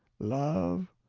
love,